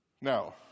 Now